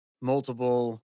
multiple